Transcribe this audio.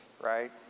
right